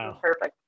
perfect